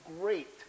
great